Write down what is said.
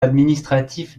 administratif